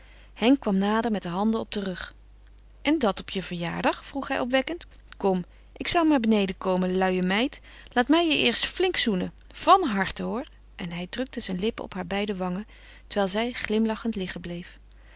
henk kwam nader met de handen op den rug en dat op je verjaardag vroeg hij opwekkend kom ik zou maar beneden komen luie meid maar laat mij je eerst flink zoenen van harte hoor en hij drukte zijn lippen op haar beide wangen terwijl zij glimlachend liggen bleef